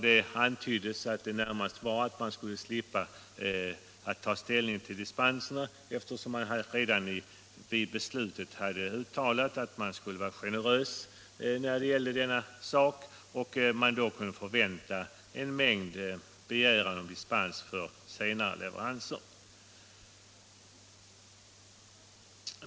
Det antyddes att anledningen närmast var att slippa ta ställning till en mängd dispensansökningar — eftersom man redan vid beslutet hade uttalat att man skulle vara generös och alltså kunde förvänta ett stort antal ansökningar om dispens för senare leverans.